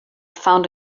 found